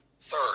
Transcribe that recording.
Third